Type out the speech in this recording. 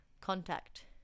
contact